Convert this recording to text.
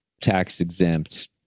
tax-exempt